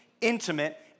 intimate